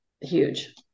huge